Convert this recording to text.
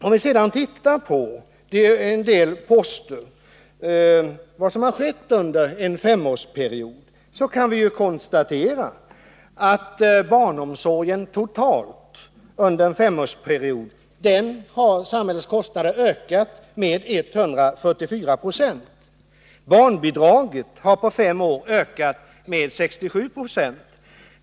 Om vi tittar på något av vad som skett under en femårsperiod kan vi konstatera att för barnomsorgen har samhällets kostnader totalt ökat med 144 20. Barnbidraget har på fem år ökat med 67 96.